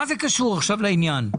מה זה קשור עכשיו לעניין?